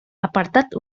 apartat